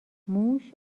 موش